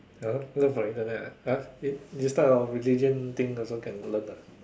!huh! learn from Internet ah !huh! this type of religion thing also can learn ah